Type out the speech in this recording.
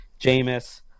Jameis